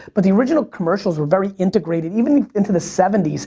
but the original commercials are very integrated even into the seventy s.